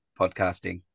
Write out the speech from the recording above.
podcasting